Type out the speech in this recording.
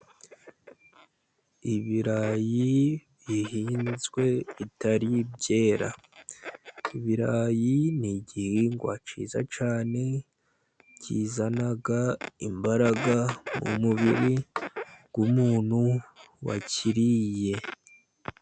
Ibirayi bihinzwe bitari byera. Ibirayi ni igihingwa cyiza cyane, bizana imbaraga mu mubiri w'umuntu wakiriye.